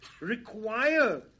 require